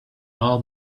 all